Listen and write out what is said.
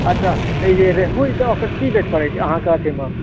अच्छा रेहूँ जे छै ओकर की रेट परै छै अहाँके अथीमे